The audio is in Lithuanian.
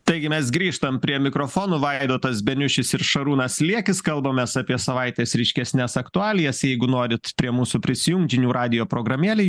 taigi mes grįžtam prie mikrofonų vaidotas beniušis ir šarūnas liekis kalbamės apie savaites ryškesnes aktualijas jeigu norit prie mūsų prisijungt žinių radijo programėlėj